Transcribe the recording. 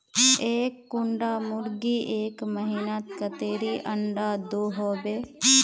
एक कुंडा मुर्गी एक महीनात कतेरी अंडा दो होबे?